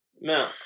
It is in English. No